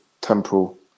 temporal